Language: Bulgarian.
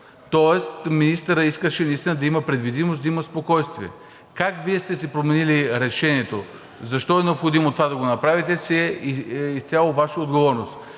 Тоест министърът искаше наистина да има предвидимост, да има спокойствие. Как Вие сте си променили решението? Защо е необходимо това да го направите, си е изцяло Ваша отговорност.